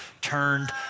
turned